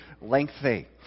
lengthy